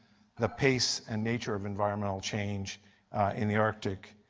the pace and nature of environmental change in the arctic